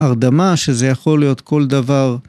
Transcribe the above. הרדמה, שזה יכול להיות כל דבר...